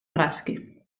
rasque